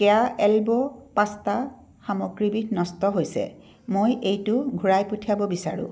কেয়া elbow pasta সামগ্ৰীবিধ নষ্ট হৈছে মই এইটো ঘূৰাই পঠিয়াব বিচাৰোঁ